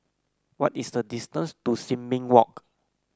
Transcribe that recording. what is the distance to Sin Ming Walk